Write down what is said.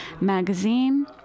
Magazine